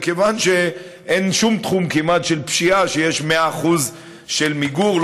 כיוון שאין תחום כמעט של פשיעה שיש בו מאה אחוזים של מיגור,